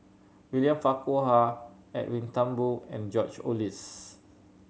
William Farquhar Edwin Thumboo and George Oehlers